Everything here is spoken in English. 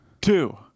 two